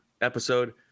episode –